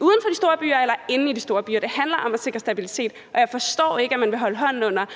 uden for de store byer eller inde i de store byer. Det handler om at sikre stabilitet. Og jeg forstår ikke, at man vil holde hånden under